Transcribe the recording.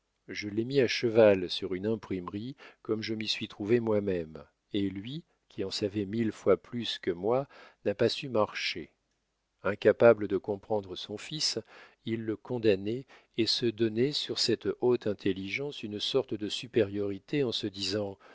je l'ai mis à cheval sur une imprimerie comme je m'y suis trouvé moi-même et lui qui en savait mille fois plus que moi n'a pas su marcher incapable de comprendre son fils il le condamnait et se donnait sur cette haute intelligence une sorte de supériorité en se disant